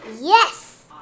Yes